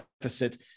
deficit